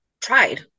tried